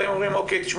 האם אומרים 'תשמעו,